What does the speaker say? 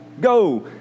go